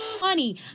money